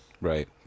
Right